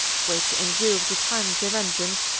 which, in view of the time of their entrance,